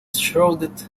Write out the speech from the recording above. shrouded